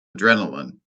adrenaline